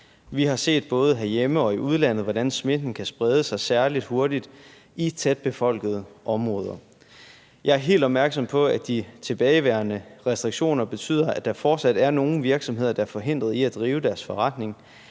Vi har set både herhjemme og i udlandet, hvordan smitten kan sprede sig særlig hurtigt i tætbefolkede områder. Jeg er helt opmærksom på, at de tilbageværende restriktioner betyder, at der fortsat er nogle virksomheder, der er forhindret i at drive deres forretning.